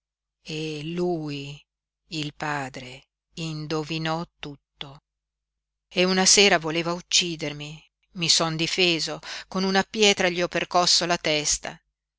e lui il padre indovinò tutto e una sera voleva uccidermi i son difeso con una pietra gli ho percosso la testa